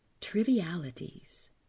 trivialities